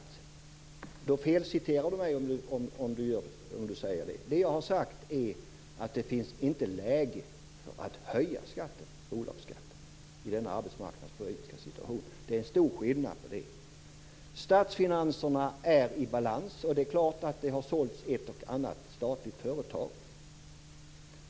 Då felciterar Per Rosengren mig om han säger det. Det jag har sagt är att det inte är läge för att höja bolagsskatten i denna arbetsmarknadspolitiska situation. Det är stor skillnad på det. Statsfinanserna är i balans. Det är klart att det har sålts ett och annat statligt företag.